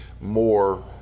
more